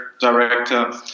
director